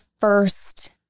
first